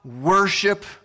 worship